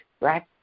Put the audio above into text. right